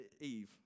Eve